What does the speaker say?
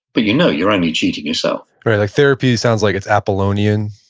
but you know you're only treating yourself like therapy sounds like it's apollonian.